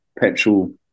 petrol